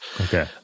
Okay